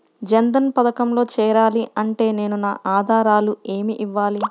జన్ధన్ పథకంలో చేరాలి అంటే నేను నా ఆధారాలు ఏమి ఇవ్వాలి?